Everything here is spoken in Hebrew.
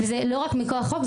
זה לא רק מכוח חוק,